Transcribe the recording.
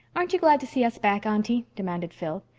aren't you glad to see us back, aunty? demanded phil.